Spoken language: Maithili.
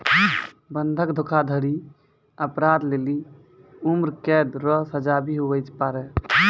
बंधक धोखाधड़ी अपराध लेली उम्रकैद रो सजा भी हुवै पारै